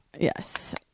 Yes